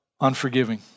unforgiving